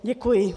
Děkuji.